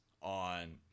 on